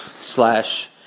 slash